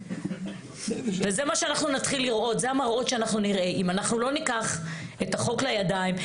זה המראות שנתחיל לראות אם לא ניקח את החוק לידיים.